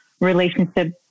relationship